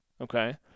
okay